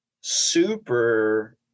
super